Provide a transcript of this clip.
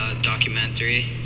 documentary